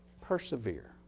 Persevere